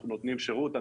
אנחנו נותנים שירות,